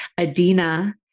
Adina